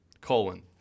colon